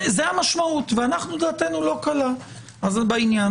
זו המשמעת ודעתנו לא קלה בעניין.